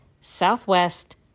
Southwest